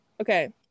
Okay